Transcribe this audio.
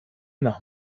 nach